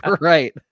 Right